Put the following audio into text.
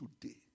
today